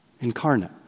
incarnate